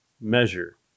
measure